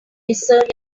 discern